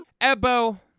Ebo